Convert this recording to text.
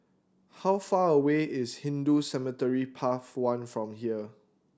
how far away is Hindu Cemetery Path One from here